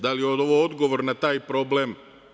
Da li je ovo odgovor na taj problem?